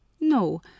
No